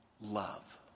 love